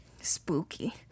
Spooky